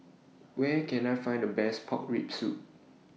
Where Can I Find The Best Pork Rib Soup